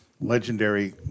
legendary